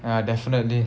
ya definitely